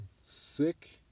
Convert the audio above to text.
sick